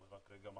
זה רק מחשבות,